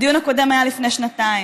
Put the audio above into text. הדיון הקודם היה לפני שנתיים,